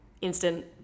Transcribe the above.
Instant